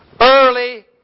Early